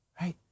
Right